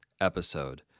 episode